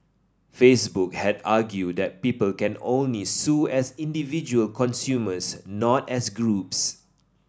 facebook had argued that people can only sue as individual consumers not as groups